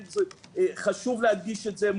חשוב להדגיש את זה,